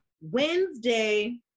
Wednesday